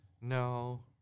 No